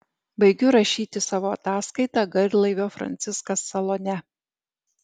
baigiu rašyti savo ataskaitą garlaivio franciskas salone